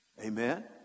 Amen